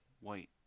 white